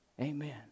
Amen